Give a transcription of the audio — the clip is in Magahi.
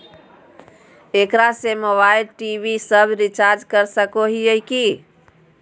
एकरा से मोबाइल टी.वी सब रिचार्ज कर सको हियै की?